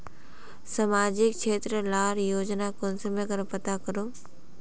सामाजिक क्षेत्र लार योजना कुंसम करे पता करूम?